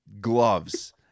gloves